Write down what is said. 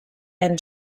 and